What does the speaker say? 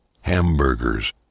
hamburgers